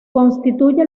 constituye